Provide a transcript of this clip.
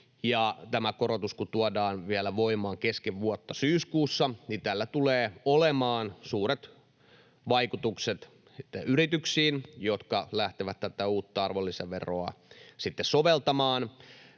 tämä korotus tuodaan vielä voimaan kesken vuotta syyskuussa, niin tällä tulee olemaan suuret vaikutukset yrityksiin, jotka lähtevät tätä uutta arvonlisäveroa sitten soveltamaan.